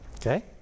Okay